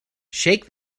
shake